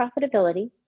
profitability